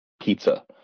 pizza